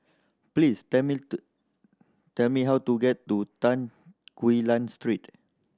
please tell me to tell me how to get to Tan Quee Lan Street